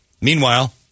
Meanwhile